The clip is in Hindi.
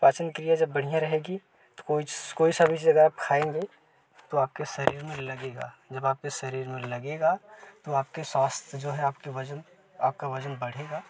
पाचन क्रिया जब बढ़िया रहेगी कोई कोई सा भी चीज अगर आप खाएँगे तो आपके शरीर में लगेगा जब आप के शरीर में लगेगा तो आप का स्वास्थ्य जो है आपका वजन अपका वजन बढ़ेगा